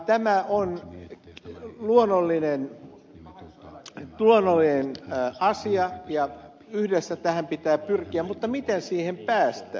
tämä on luonnollinen asia ja yhdessä tähän pitää pyrkiä mutta miten siihen päästään